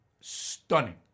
stunning